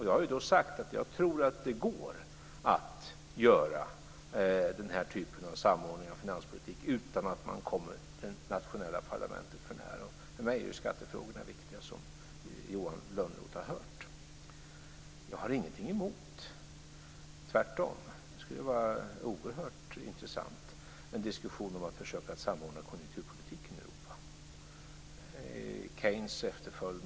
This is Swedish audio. Jag har sagt att jag tror att det går att göra den här typen av samordning av finanspolitiken utan att man kommer det nationella parlamentet för när. För mig är ju skattefrågorna viktiga, som Johan Lönnroth har hört. Jag har ingenting emot - det skulle tvärtom vara oerhört intressant - en diskussion om att försöka samordna konjunkturpolitiken i Europa i Keynes efterföljd.